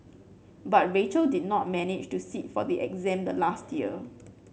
but Rachel did not manage to sit for the exam the last year